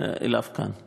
אליו כאן.